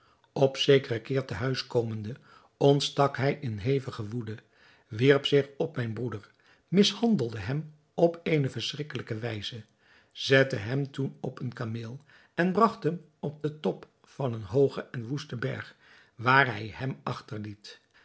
op zekeren keer te huis komende ontstak hij in hevige woede wierp zich op mijn broeder mishandelde hem op eene verschrikkelijke wijze zette hem toen op een kameel en bragt hem op den top van eenen hoogen en woesten berg waar hij hem